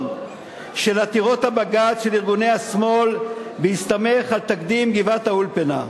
של עתירות הבג"ץ של ארגוני השמאל בהסתמך על תקדים גבעת-האולפנה?